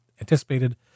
anticipated